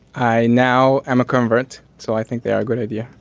i now am a convert so i think they are a good idea.